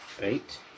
Eight